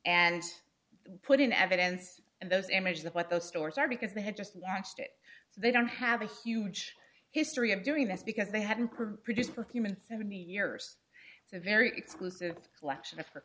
and put in evidence and those images that what those stores are because they had just watched it they don't have a huge history of doing this because they haven't produced perfume and seventy years it's a very exclusive collection of her